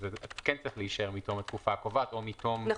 וזה כן צריך להישאר "מתום התקופה הקובעת" או מתום --- נכון.